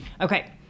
Okay